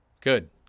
Good